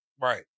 Right